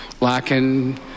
lacking